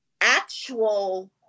actual